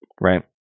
right